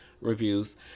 reviews